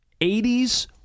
80s